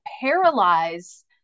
paralyze